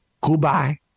Goodbye